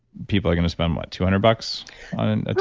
people are going to spend what, two hundred bucks on and